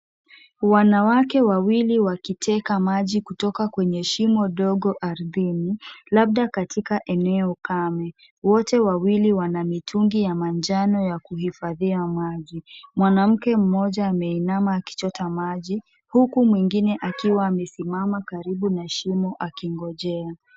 Wanawake wawili wakiteka maji kutoka kwenye shimo dogo ardhini, labda katika eneo kame. Wote wawili wana mitungi ya manjano ya kuhifadhia maji. Mwanamke mmoja ameinama akichota maji huku mwingine akiwa amesimama karibu na shimo akingojea.